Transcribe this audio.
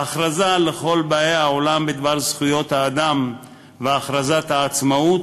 ההכרזה לכל באי עולם בדבר זכויות האדם והכרזת העצמאות,